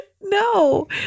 no